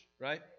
Right